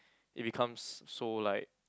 it becomes so like